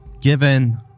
given